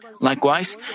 Likewise